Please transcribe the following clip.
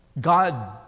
God